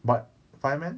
but fireman